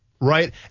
right